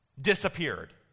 Disappeared